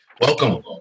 Welcome